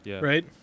Right